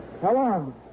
Hello